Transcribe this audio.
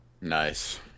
Nice